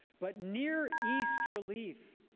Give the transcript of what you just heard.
but near east relief,